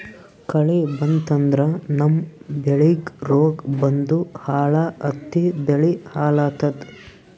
ಕಳಿ ಬಂತಂದ್ರ ನಮ್ಮ್ ಬೆಳಿಗ್ ರೋಗ್ ಬಂದು ಹುಳಾ ಹತ್ತಿ ಬೆಳಿ ಹಾಳಾತದ್